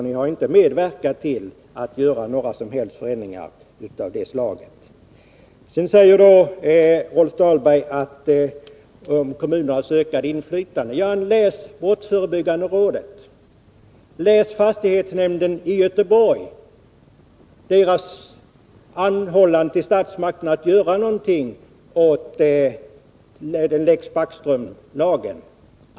Ni har inte medverkat till att göra några som helst förändringar av det slaget. Sedan talade Rolf Dahlberg om kommunernas ökade inflytande. Läs vad brottsförebyggande rådet skriver, läs fastighetsnämndens i Göteborg anhållan till statsmakterna att göra någonting åt Lex Backström!